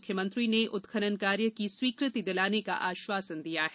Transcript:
मुख्यमंत्री ने उत्खनन कार्य की स्वीकृति दिलाने का आश्वासन दिया है